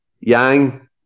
yang